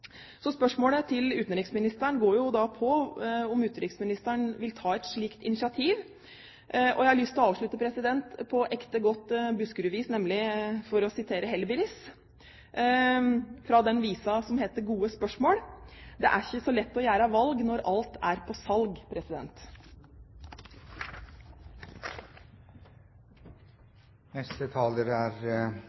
Så spørsmålet til utenriksministeren går på om utenriksministeren vil ta et slikt initiativ. Jeg har lyst til å avslutte på ekte, godt Buskerud-vis, nemlig med å sitere Hellbillies fra den visen som heter Gode spørsmål: «Det æ 'kji so lett å gjera eit valg Når alt æ på salg.»